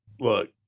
Look